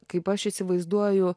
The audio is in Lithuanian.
kaip aš įsivaizduoju